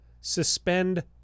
Suspend